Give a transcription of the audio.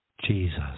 Jesus